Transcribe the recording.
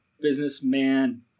businessman